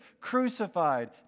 crucified